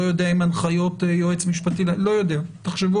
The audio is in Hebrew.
לא יודע אם הנחיות יועץ משפטי לממשלה ואתם תחשבו